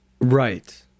Right